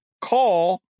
call